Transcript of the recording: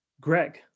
Greg